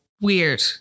weird